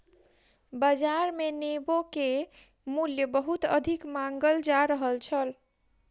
बाजार मे नेबो के मूल्य बहुत अधिक मांगल जा रहल छल